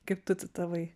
kaip tu citavai